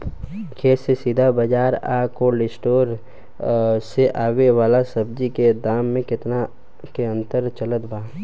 खेत से सीधा बाज़ार आ कोल्ड स्टोर से आवे वाला सब्जी के दाम में केतना के अंतर चलत बा?